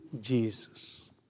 Jesus